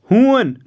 ہوٗن